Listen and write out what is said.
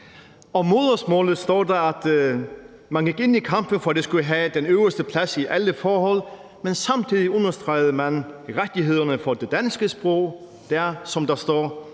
Om modersmålet står der, at man gik ind i kampen for, at det skulle have den øverste plads i alle forhold, men samtidig understregede man rettighederne for det danske sprog, der, som der står,